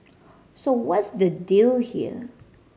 so what's the deal here